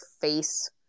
face